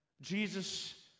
Jesus